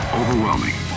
overwhelming